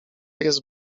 jego